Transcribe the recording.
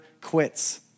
quits